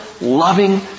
loving